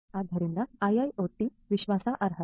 ಆದ್ದರಿಂದ IIoT ವಿಶ್ವಾಸಾರ್ಹತೆ